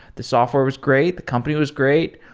the software was great. the company was great.